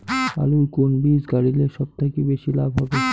আলুর কুন বীজ গারিলে সব থাকি বেশি লাভ হবে?